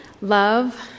love